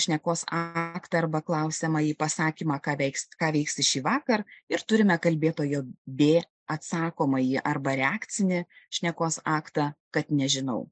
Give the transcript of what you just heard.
šnekos aktą arba klausiamąjį pasakymą ką veiks ką veiksi šįvakar ir turime kalbėtojo bė atsakomąjį arba reakcinį šnekos aktą kad nežinau